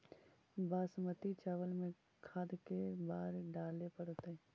बासमती चावल में खाद के बार डाले पड़तै?